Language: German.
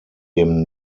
dem